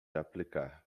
aplicar